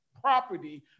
property